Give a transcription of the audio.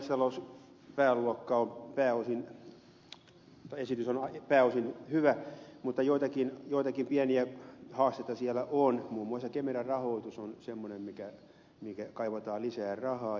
maa ja metsätalouspääluokan esitys on pääosin hyvä mutta joitakin pieniä haasteita siellä on muun muassa kemera rahoitus on semmoinen mihin kaivataan lisää rahaa